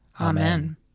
Amen